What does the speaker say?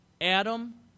Adam